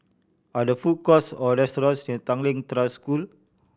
are there food courts or restaurants near Tanglin Trust School